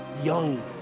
young